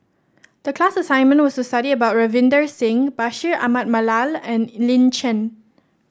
the class assignment was to study about Ravinder Singh Bashir Ahmad Mallal and Lin Chen